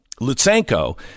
Lutsenko